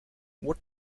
what